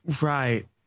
right